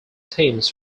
teams